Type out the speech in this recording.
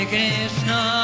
Krishna